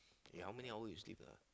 ya how many hour you sleep lah